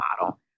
model